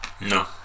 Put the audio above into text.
No